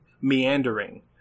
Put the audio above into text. meandering